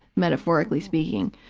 metaphorically speaking,